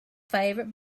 favorite